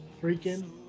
freaking